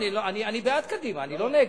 אני בעד קדימה, אני לא נגד.